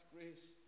Grace